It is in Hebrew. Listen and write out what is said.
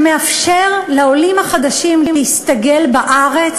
שמאפשר לעולים החדשים להסתגל בארץ,